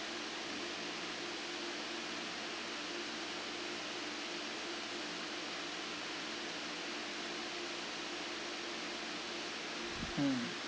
mm